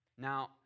Now